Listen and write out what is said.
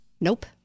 Nope